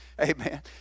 Amen